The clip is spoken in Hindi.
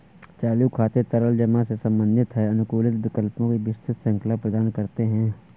चालू खाते तरल जमा से संबंधित हैं, अनुकूलित विकल्पों की विस्तृत श्रृंखला प्रदान करते हैं